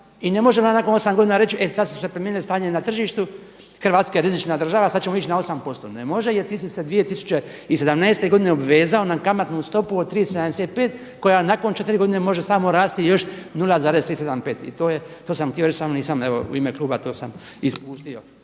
i ne može onda nakon 8 godina reći e sada se promijenilo stanje na tržištu, Hrvatska je rizična država, sada ćemo ići na 8%. Ne može jer ti si se 2017. godine obvezao na kamatnu stopu od 3,75 koja nakon 4 godine može samo rasti još 0,375. I to sam htio reći samo nisam u ime kluba to sam ispustio.